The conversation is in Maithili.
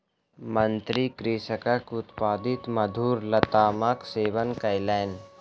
मंत्री कृषकक उत्पादित मधुर लतामक सेवन कयलैन